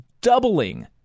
doubling